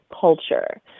culture